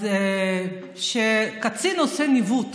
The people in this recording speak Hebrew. אז כשקצין עושה ניווט